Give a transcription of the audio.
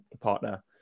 partner